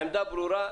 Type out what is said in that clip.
העמדה ברורה.